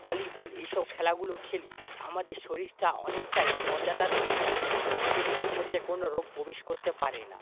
volleyball এইসব খেলাগুলো খেলি আমাদের শরীরটা অনেকটাই মজাদার হয়ে থাকে শরীরের মধ্যে কোনো রোগ প্রবেশ করতে পারে না